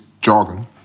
jargon